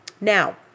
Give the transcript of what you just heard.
Now